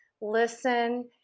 listen